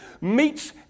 meets